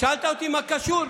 שאלת אותי מה זה קשור?